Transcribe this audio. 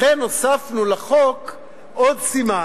לכן הוספנו לחוק עוד סימן: